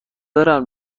دارم